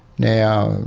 now,